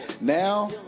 now